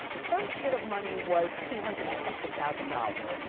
the first bit of money was two hundred and something thousand dollars.